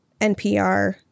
NPR